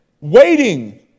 waiting